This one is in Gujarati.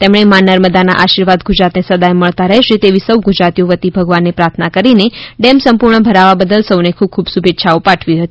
તેમણે મા નર્મદાના આર્શીવાદ ગુજરાતને સદાય મળતાં રહેશે તેવી સૌ ગુજરાતીઓ વતી ભગવાનને પ્રાર્થના કરીને ડેમ સંપૂર્ણ ભરાવવા બદલ સૌને ખૂબ ખૂબ શુભેચ્છાઓ પાઠવી હતી